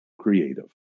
creative